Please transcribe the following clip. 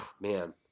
Man